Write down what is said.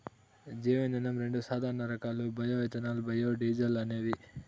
జీవ ఇంధనం రెండు సాధారణ రకాలు బయో ఇథనాల్, బయోడీజల్ అనేవి